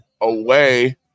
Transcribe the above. away